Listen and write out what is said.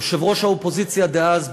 יושב-ראש האופוזיציה דאז,